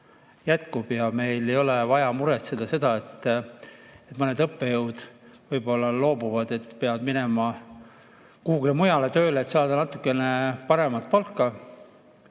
jätkub ja meil ei ole vaja muretseda, et mõned õppejõud võib-olla loobuvad, peavad minema kuhugi mujale tööle, et saada natukene paremat palka.